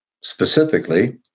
Specifically